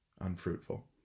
unfruitful